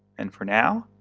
and for now,